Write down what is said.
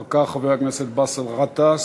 אחר כך, חבר הכנסת באסל גטאס.